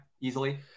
easily